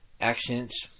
accents